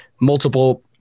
multiple